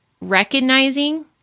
recognizing